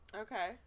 Okay